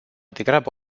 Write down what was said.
degrabă